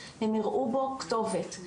הם יראו בו כתובת.